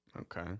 Okay